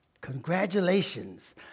Congratulations